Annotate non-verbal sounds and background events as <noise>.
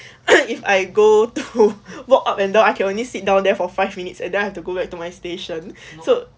<noise> if I go to walk up and down I could only sit down there for five minutes and I have to go back to my station so